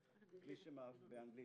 באנגלית.